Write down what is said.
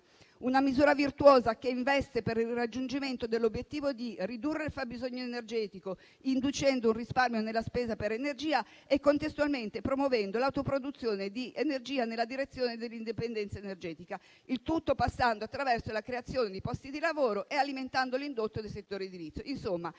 Una misura virtuosa, che investe per il raggiungimento dell'obiettivo di ridurre il fabbisogno energetico, inducendo un risparmio nella spesa per energia e contestualmente promuovendo l'autoproduzione di energia nella direzione dell'indipendenza energetica, il tutto passando attraverso la creazione di posti di lavoro e alimentando l'indotto del settore edilizio.